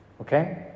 okay